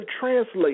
translate